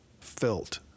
felt